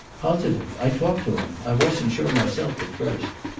positive. i talked to him. i wasn't sure myself, at first.